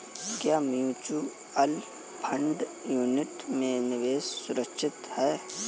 क्या mutual fund unit में निवेश सुरक्षित है?